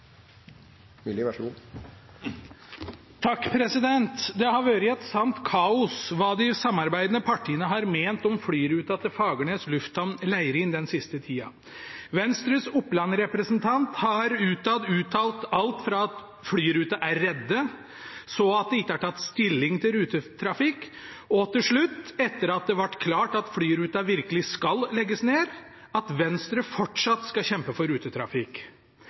Det har vært et sant kaos hva de samarbeidende partiene har ment om flyruta til Fagernes lufthavn Leirin den siste tida. Venstres Oppland-representant har utad uttalt alt fra at flyruta er «reddet», til at det «ikke er tatt stilling til videre rutetrafikk», og til slutt, etter at det ble klart at flyruta virkelig skal legges ned, at Venstre fortsatt skal kjempe for rutetrafikk.